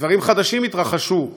דברים חדשים התרחשו.